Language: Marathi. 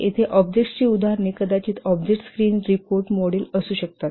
येथे ऑब्जेक्ट्सची उदाहरणे कदाचित ऑब्जेक्ट्स स्क्रीन रिपोर्ट मॉड्यूल असू शकतात